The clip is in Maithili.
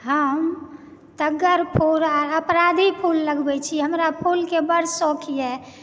हम तग्गर फूल आर अपराजित फूल लगबै छी हमरा फूल के बहुत शौक यऽ